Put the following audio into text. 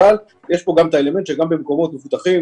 אבל יש פה גם את האלמנט שגם במקומות מפותחים,